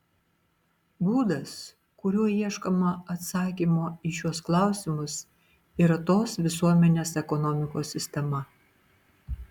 būdas kuriuo ieškoma atsakymo į šiuos klausimus yra tos visuomenės ekonomikos sistema